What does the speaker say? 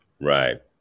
Right